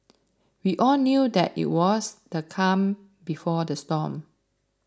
we all knew that it was the calm before the storm